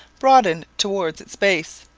broadened towards its base,